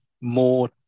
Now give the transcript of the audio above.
more